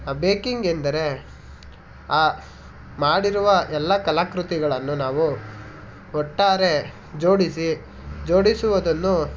ಆ ಬೇಕಿಂಗ್ ಎಂದರೆ ಆ ಮಾಡಿರುವ ಎಲ್ಲ ಕಲಾಕೃತಿಗಳನ್ನು ನಾವು ಒಟ್ಟಾರೆ ಜೋಡಿಸಿ ಜೋಡಿಸುವುದನ್ನು